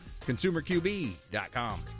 ConsumerQB.com